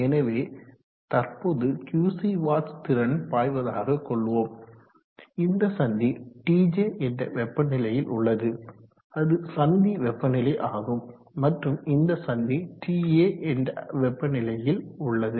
எனவே தற்போது QC watts திறன் பாய்வதாக கொள்வோம் இந்த சந்தி TJ என்ற வெப்பநிலையில் உள்ளது அது சந்தி வெப்பநிலை ஆகும் மற்றும் இந்த சந்தி TA என்ற வெப்பநிலையில் உள்ளது